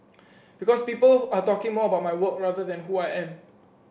because people are talking more about my work rather than who I am